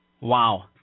Wow